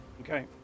Okay